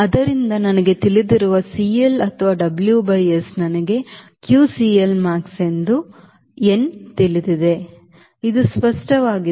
ಆದ್ದರಿಂದ ನನಗೆ ತಿಳಿದಿರುವ CL ಅಥವಾ WS ನನಗೆ q CLmax ಎಂದು n ತಿಳಿದಿದೆ ಇದು ಸ್ಪಷ್ಟವಾಗಿದೆ